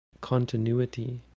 continuity